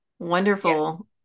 wonderful